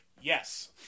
Yes